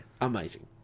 amazing